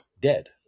dead